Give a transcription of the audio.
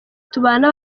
tubana